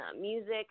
music